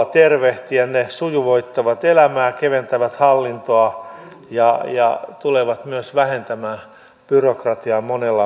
ne sujuvoittavat elämää keventävät hallintoa ja tulevat myös vähentämään byrokratiaa monella eri tavalla